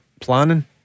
planning